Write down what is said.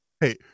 hey